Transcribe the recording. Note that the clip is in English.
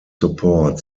support